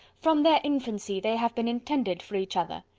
from their infancy, they have been intended for each other.